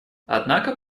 однако